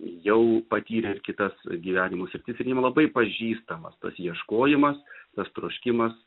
jau patyręs kitas gyvenimo sritis ir jiem labai pažįstamas tas ieškojimas tas troškimas